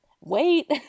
wait